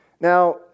Now